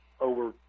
over